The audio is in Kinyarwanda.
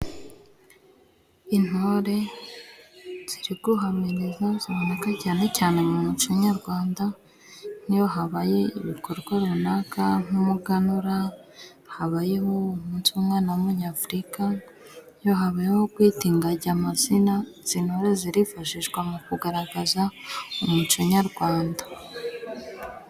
Intore ziri guhamiriza ziboneka cyane cyane mu muco nyarwanda, niyo habaye ibikorwa runaka nk'umuganura, habayeho umunsi w'umwana w'umunyafurika, iyo habayeho kwita ingagi amazina, izi ntore zirifashishwa mu kugaragaza umuco nyarwanda.